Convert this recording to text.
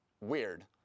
weird